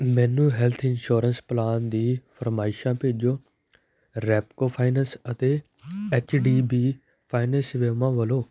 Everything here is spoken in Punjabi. ਮੈਨੂੰ ਹੈੱਲਥ ਇੰਸ਼ੋਰੈਂਸ ਪਲਾਨ ਦੀ ਫਰਮਾਇਸ਼ਾ ਭੇਜੋ ਰੈਪਕੋ ਫਾਈਨੈਂਸ ਅਤੇ ਐੱਚ ਡੀ ਬੀ ਫਾਈਨਸ ਸੇਵਾਵਾਂ ਵੱਲੋ